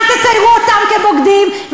ואל תציירו אותם כבוגדים,